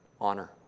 honor